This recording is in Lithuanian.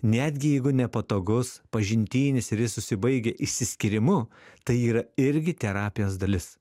netgi jeigu nepatogus pažintinis ir jis užsibaigia išsiskyrimu tai yra irgi terapijos dalis